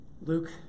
Luke